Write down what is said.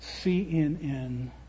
CNN